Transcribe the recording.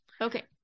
Okay